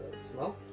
Smell